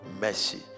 mercy